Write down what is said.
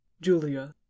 Julia